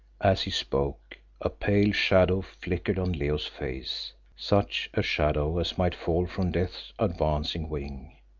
as he spoke a pale shadow flickered on leo's face, such a shadow as might fall from death's advancing wing,